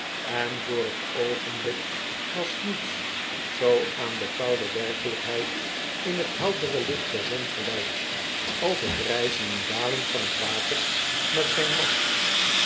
en voor t oogenblik was niets zoo aan de koude werkelijkheid in t heldere licht der zon gelijk als t rijzen en dalen van t water met zijn last